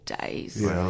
days